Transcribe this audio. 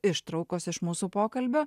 ištraukos iš mūsų pokalbio